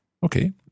Okay